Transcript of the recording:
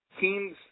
teams